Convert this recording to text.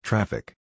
Traffic